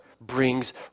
brings